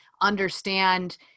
understand